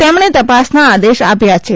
તેમણે તપાસના આદેશ આપ્યા છે